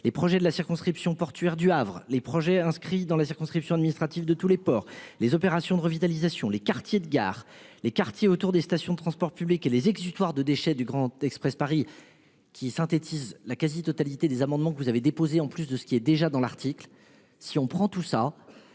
les projets de la circonscription portuaire du Havre, les projets inscrits dans la circonscription administrative de tous les ports, les opérations de revitalisation. Les quartiers de gare les quartiers autour des stations de transports publics et les exutoires de déchets du grand Express Paris qui synthétise la quasi-totalité des amendements que vous avez déposé en plus de ce qui est déjà dans l'article. Si on prend tout ça.